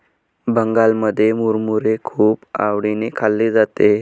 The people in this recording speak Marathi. बंगालमध्ये मुरमुरे खूप आवडीने खाल्ले जाते